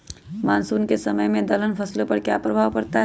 Monsoon के समय में दलहन फसलो पर क्या प्रभाव पड़ता हैँ?